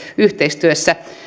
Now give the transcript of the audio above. yhteistyössä